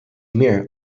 meer